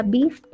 Beef